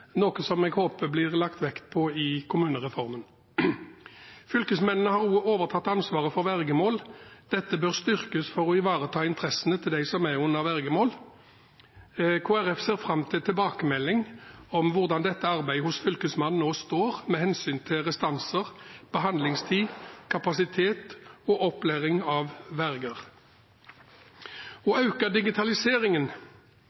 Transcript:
noe jeg håper blir lagt vekt på i kommunereformen. Fylkesmennene har også overtatt ansvaret for vergemål. Dette bør styrkes for å ivareta interessene til dem som er under vergemål. Kristelig Folkeparti ser fram til tilbakemelding på hvordan dette arbeidet hos fylkesmannen nå står med hensyn til restanser, behandlingstid, kapasitet og opplæring av verger.